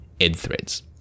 EdThreads